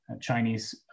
Chinese